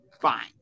fine